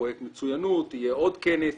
פרויקט מצוינות, יהיה עוד כנס.